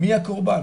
מי הקורבן,